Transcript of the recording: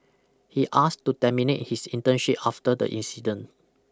he asked to terminate his internship after the incident